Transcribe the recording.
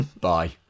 Bye